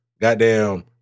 Goddamn